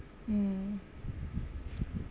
mm